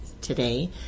today